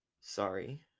Sorry